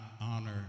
honor